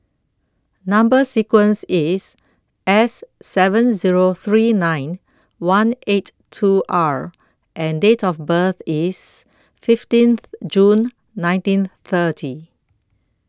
Number sequence IS S seven Zero three nine one eight two R and Date of birth IS fifteenth June nineteen thirty